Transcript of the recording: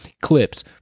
Clips